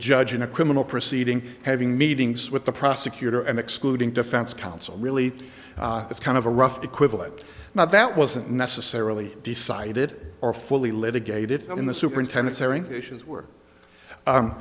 judge in a criminal proceeding having meetings with the prosecutor and excluding defense counsel really it's kind of a rough equivalent now that wasn't necessarily decided or fully litigated in the superintendent's hearing issues were